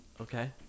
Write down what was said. okay